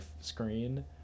screen